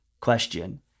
Question